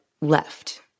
left